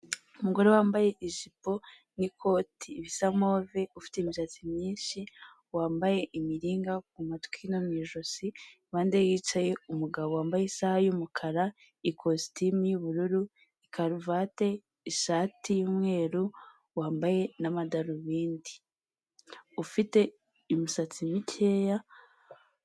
Umugore wambaye ijipo n'ikoti bisa move, ufite imisatsi myinshi, wambaye imiringa k'umatwi no mu ijosi, impandeye hicaye umugabo wambaye isaha y'umukara, ikositimu y'ubururu, karuvati, ishati y'umweru, wambaye n'amadarubindi. Ufite imisatsi mikeya.